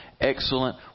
excellent